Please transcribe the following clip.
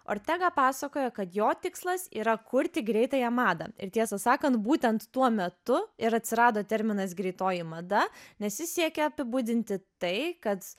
ortega pasakojo kad jo tikslas yra kurti greitąją madą ir tiesą sakant būtent tuo metu ir atsirado terminas greitoji mada nes ji siekia apibūdinti tai kad